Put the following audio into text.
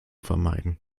vermeiden